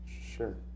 Sure